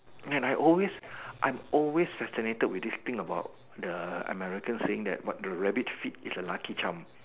and I always I'm always fascinated with this thing about the Americans saying that what the rabbit feet is a lucky charm